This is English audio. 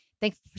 thanks